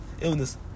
illness